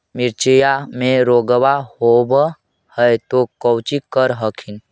मिर्चया मे रोग्बा होब है तो कौची कर हखिन?